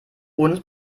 uns